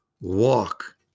Walk